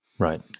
Right